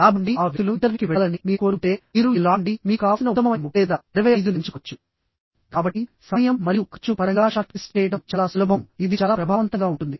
50 నుండి ఆ వ్యక్తులు ఇంటర్వ్యూకి వెళ్లాలని మీరు కోరుకుంటే మీరు ఈ లాట్ కాబట్టి సమయం మరియు ఖర్చు పరంగా షార్ట్ లిస్ట్ చేయడం చాలా సులభం ఇది చాలా ప్రభావవంతంగా ఉంటుంది